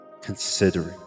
considering